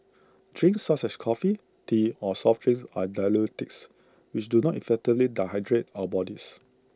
drinks such as coffee tea or soft drinks are diuretics which do not effectively die hydrate our bodies